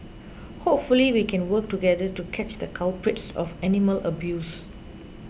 hopefully we can work together to catch the culprits of animal abuse